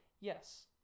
Yes